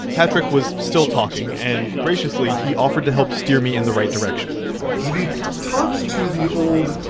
patrick was still talking, and graciously, he offered to help steer me in the right direction. have you talked to the old